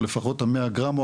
או לפחות ה-100 גרם,